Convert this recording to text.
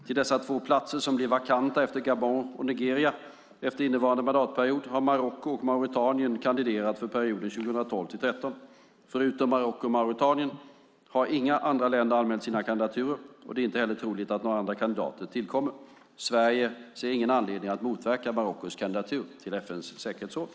Till dessa två platser, som blir vakanta efter Gabon och Nigeria efter innevarande mandatperiod, har Marocko och Mauretanien kandiderat för perioden 2012-2013. Förutom Marocko och Mauretanien har inga andra länder anmält sina kandidaturer och det är inte heller troligt att några andra kandidater tillkommer. Sverige ser ingen anledning att motverka Marockos kandidatur till FN:s säkerhetsråd.